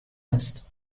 است